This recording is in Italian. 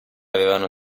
avevano